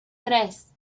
tres